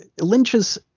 Lynch's